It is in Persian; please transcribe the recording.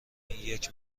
اینیک